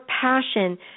passion